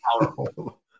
powerful